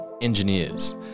engineers